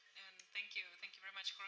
thank you. thank you very much, jorge,